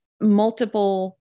multiple